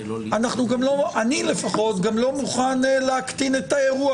אני לפחות גם לא מוכן להקטין את האירוע